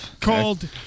Called